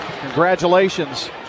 Congratulations